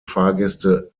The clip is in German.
fahrgäste